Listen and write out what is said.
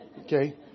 okay